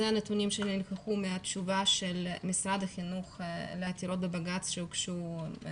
אלה הנתונים שנלקחו מהתשובה של משרד החינוך לעתירות בבג"צ שהוגשו.